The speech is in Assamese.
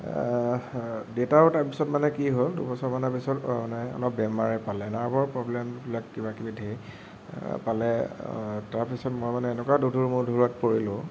দেউতাৰো তাৰপিছত মানে কি হ'ল দুবছৰ মানৰ পিছত মানে অলপ বেমাৰে পালে নাৰ্ভৰ প্ৰব্লেমবিলাক কিবাকিবি ধেৰ পালে তাৰপিছত মই মানে এনেকুৱা দোধোৰ মোধোৰত পৰিলোঁ